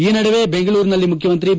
ಈ ನಡುವೆ ಬೆಂಗಳೂರಿನಲ್ಲಿ ಮುಖ್ಯಮಂತ್ರಿ ಬಿ